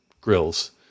grills